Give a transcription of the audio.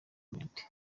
martin